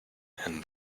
and